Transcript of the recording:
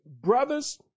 Brothers